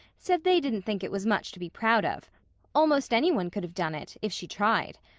said they didn't think it was much to be proud of almost any one could have done it, if she tried.